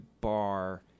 bar